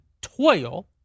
toil